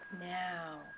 Now